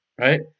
right